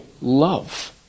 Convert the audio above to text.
love